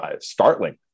startling